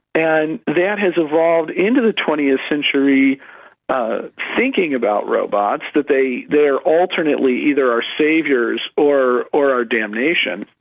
and that has evolved into the twentieth century ah thinking about robots, that they they are alternately either our saviours or or our damnation,